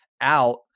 out